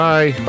Bye